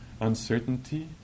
uncertainty